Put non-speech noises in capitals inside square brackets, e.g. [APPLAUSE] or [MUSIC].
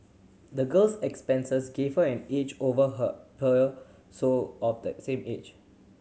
the girl's experiences gave her an edge over her [UNINTELLIGIBLE] so of the same age